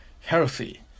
healthy